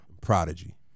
Prodigy